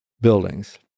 buildings